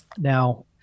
Now